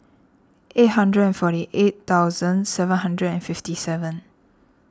eight hundred and forty eight thousand seven hundred and fifty seven